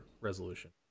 resolution